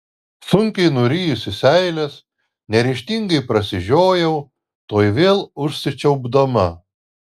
sunkiai nurijusi seiles neryžtingai prasižiojau tuoj vėl užsičiaupdama